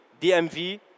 DMV